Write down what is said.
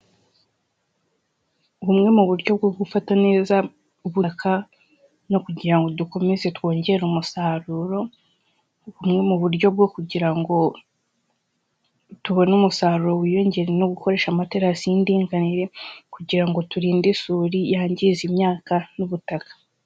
Bumwe mu buryo bwo gufata neza ubutaka no kugira ngo dukomeze twongere umusaruro, bumwe mu buryo bwo kugira ngo tubone umusaruro wiyongereye ni ugukoresha amaterasi y'indinganire, kugira ngo turinde isuri yangiza imyaka n'ubutaka.